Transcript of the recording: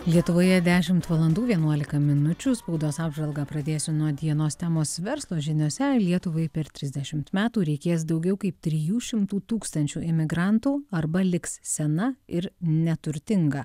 lietuvoje dešimt valandų vienuolika minučių spaudos apžvalgą pradėsiu nuo dienos temos verslo žiniose lietuvai per trisdešimt metų reikės daugiau kaip trijų šimtų tūkstančių imigrantų arba liks sena ir neturtinga